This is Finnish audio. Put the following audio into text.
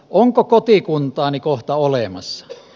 onko kotikuntaani kohta olemassa